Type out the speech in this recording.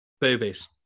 boobies